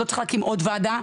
לא צריך להקים עוד ועדה,